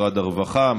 משרד הרווחה,